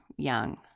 Young